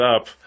up